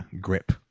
grip